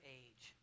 age